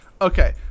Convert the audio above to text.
Okay